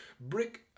Brick